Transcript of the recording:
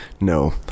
No